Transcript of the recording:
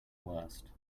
worst